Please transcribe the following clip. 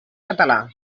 català